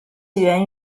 起源